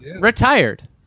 Retired